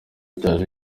cyacu